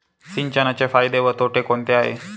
सिंचनाचे फायदे व तोटे कोणते आहेत?